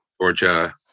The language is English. Georgia